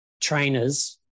trainers